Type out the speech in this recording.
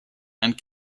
and